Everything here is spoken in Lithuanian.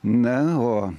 na o